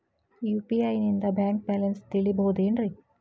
UPI ನಿಂದ bank balance ತಿಳಿಬಹುದೇನ್ರಿ?